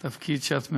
בתפקיד שאת ממלאת.